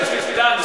זו המולדת שלנו פה.